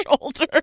shoulder